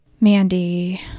Mandy